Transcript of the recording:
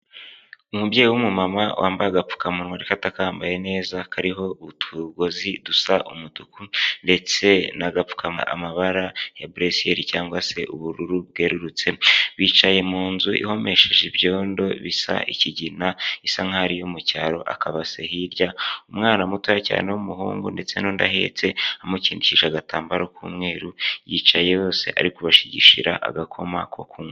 Umubyeyi w'umumama wambaye agapfukamunwa ariko atakambaye neza, kariho utugozi dusa umutuku, ndetse n'agapfuka mabara ya buresiyeri cyangwa se ubururu bwerurutse, bicaye mu nzu ihomesheje ibyondo bisa ikigina isa nkaho ariyo mucyaro, akaba se hirya, umwana muto cyane w'umuhungu ndetse n'udahetse amukindikije agatambaro k'umweru, yicaye bose ari kubashigishira agakoma ko kunywa.